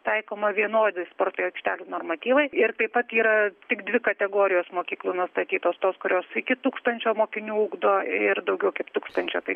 taikoma vienodi sporto aikštelių normatyvai ir taip pat yra tik dvi kategorijos mokyklų nustatytos tos kurios iki tūkstančio mokinių ugdo ir daugiau kaip tūkstančio tai